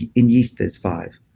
in yeast, there's five.